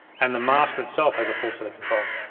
and the master itself has a full set of controls.